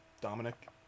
Dominic